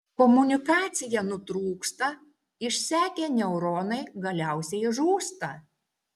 komunikacija nutrūksta išsekę neuronai galiausiai žūsta